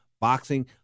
boxing